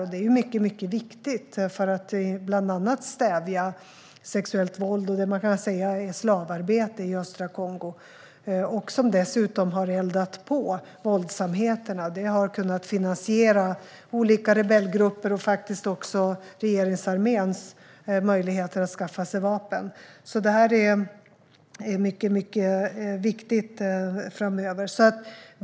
Det är mycket viktigt, bland annat för att stävja sexuellt våld och det som kan sägas vara slavarbete i östra Kongo. Våldsamheterna har dessutom eldats på på grund av konfliktmineralerna. Olika rebellgrupper har kunnat finansieras med hjälp av dem. Det gäller även regeringsarméns möjligheter att skaffa vapen. Arbetet med konfliktmineralerna är alltså mycket viktigt framöver.